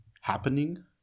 happening